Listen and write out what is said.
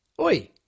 Oi